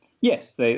Yes